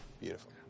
Beautiful